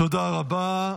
תודה רבה.